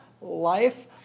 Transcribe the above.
life